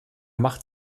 macht